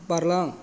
बारलां